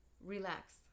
relax